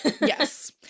Yes